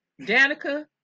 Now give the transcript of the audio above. Danica